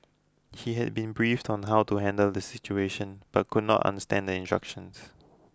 he had been briefed on how to handle the situation but could not understand the instructions